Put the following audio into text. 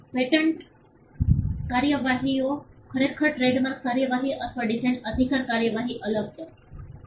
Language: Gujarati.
પેટન્ટ કાર્યવાહીઓ ખરેખર ટ્રેડમાર્ક કાર્યવાહી અથવા ડિઝાઇન અધિકાર કાર્યવાહીથી અલગ છે